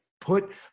put